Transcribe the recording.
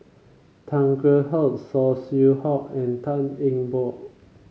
Tan Kheam Hock Saw Swee Hock and Tan Eng Bock